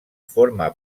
forma